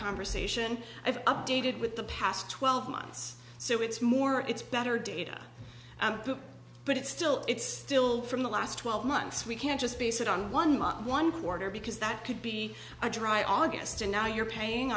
conversation i've updated with the past twelve months so it's more it's better data but it's still it's still from the last twelve months we can't just base it on one month one quarter because that could be a dry august and now you're paying